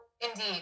Indeed